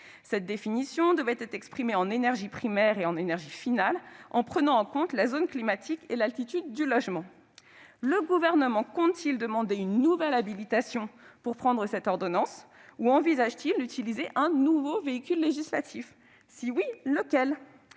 Cette définition devait être exprimée en énergie primaire et en énergie finale, en prenant en compte la zone climatique et l'altitude du logement. Le Gouvernement compte-t-il demander une nouvelle habilitation pour prendre cette ordonnance ou envisage-t-il d'utiliser un nouveau véhicule législatif ? Si oui, lequel ?